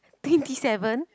twenty seven